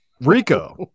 Rico